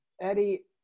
Eddie